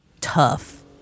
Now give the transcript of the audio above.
tough